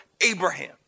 Abraham